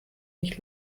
nicht